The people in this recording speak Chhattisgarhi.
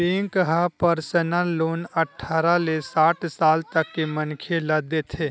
बेंक ह परसनल लोन अठारह ले साठ साल तक के मनखे ल देथे